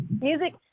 music